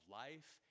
life